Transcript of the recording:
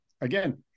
again